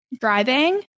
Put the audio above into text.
Driving